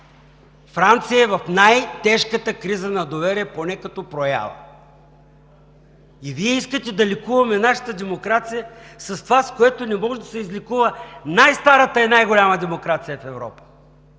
Франция в най-тежката криза на доверие поне като проява. И Вие искате да лекуваме нашата демокрация с това, с което не може да се излекува най-старата и най-голяма демокрация в Европа?